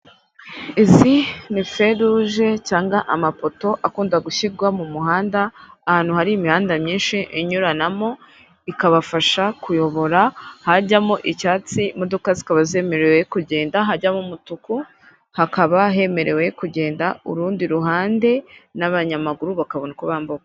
Izi ni feruje cyangwa amapoto akunda gushyirwa mu muhanda ahantu hari imihanda myinshi inyuranamo ikabafasha kuyobora hajyamo icyatsi imodoka zikaba zemerewe kugenda, hajyamo umutuku hakaba hemerewe kugenda urundi ruhande n'abanyamaguru bakabona uko bambuka.